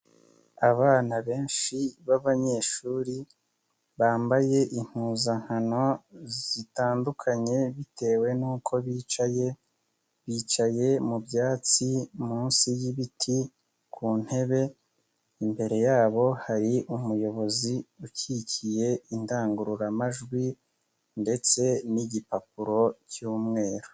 Abana benshi b'abanyeshuri bambaye impuzankano zitandukanye bitewe n'uko bicaye, bicaye mu byatsi munsi y'ibiti ku ntebe, imbere yabo hari umuyobozi ukikiye indangururamajwi ndetse n'igipapuro cy'umweru.